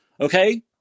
okay